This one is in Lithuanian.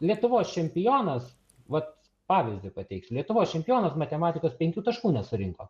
lietuvos čempionas vat pavyzdį pateiksiu lietuvos čempionas matematikos penkių taškų nesurinko